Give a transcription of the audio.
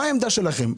מה העמדה שלכם?